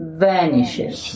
vanishes